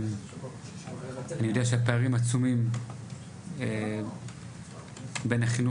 אני יודע שהפערים עצומים בין החינוך